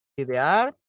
Idear